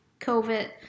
COVID